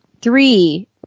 Three